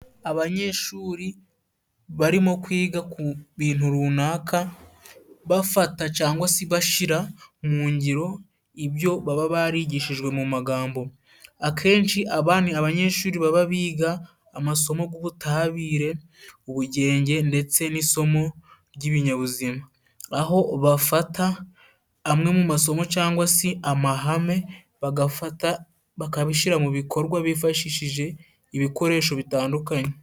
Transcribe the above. Abanyeshuri barimo kwiga ku bintu runaka. Bafata cyangwa se bashira mu ngiro ibyo baba barigishijwe mu magambo. Akenshi aba ni abanyeshuri baba biga amasomo g'Ubutabire, Ubugenge ndetse n'isomo ry'Ibinyabuzima. Aho bafata amwe mu masomo cyangwa se amahame bagafata bakabishyira mu bikorwa bifashishije ibikoresho bitandukanye.